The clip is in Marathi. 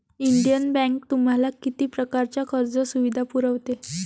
इंडियन बँक तुम्हाला किती प्रकारच्या कर्ज सुविधा पुरवते?